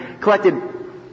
Collected